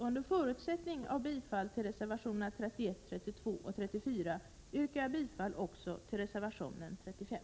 Under förutsättning av bifall till reservationerna 31, 32 och 34 yrkar jag bifall också till reservation 35.